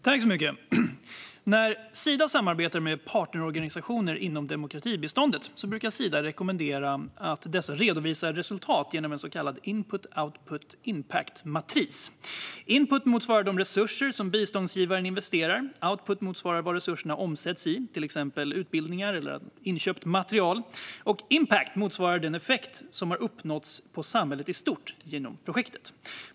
Fru talman! När Sida samarbetar med partnerorganisationer inom demokratibiståndet brukar Sida rekommendera dessa att redovisa resultat genom en så kallad input-output-impact-matris. Input motsvarar de resurser som biståndsgivaren investerar, output motsvarar vad resurserna omsätts i, till exempel utbildningar eller inköpt material, och impact motsvarar vilken effekt som har uppnåtts på samhället i stort genom projektet.